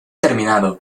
terminado